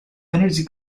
energy